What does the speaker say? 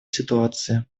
ситуации